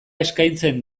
eskaintzen